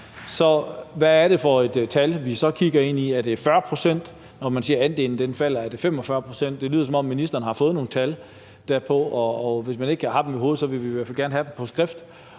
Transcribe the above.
hvad er det så for et tal, vi kigger ind i, når man siger, at andelen falder? Er det 40 pct.? Er det 45 pct.? Det lyder, som om ministeren har fået nogle tal for det, og hvis man ikke har dem i hovedet, vil vi i hvert fald gerne have dem på skrift.